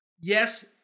Yes